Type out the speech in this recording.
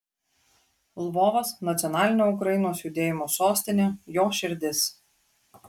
lvovas nacionalinio ukrainos judėjimo sostinė jo širdis